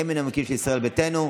אין מנמקים של ישראל ביתנו,